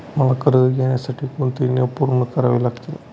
मला कर्ज घेण्यासाठी कोणते नियम पूर्ण करावे लागतील?